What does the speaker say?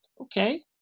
okay